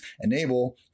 enable